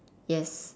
yes